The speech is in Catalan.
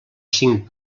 cinc